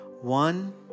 One